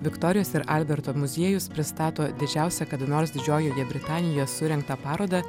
viktorijos ir alberto muziejus pristato didžiausią kada nors didžiojoje britanijoje surengtą parodą